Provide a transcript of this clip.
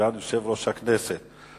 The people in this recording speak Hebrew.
סגן יושב-ראש הכנסת,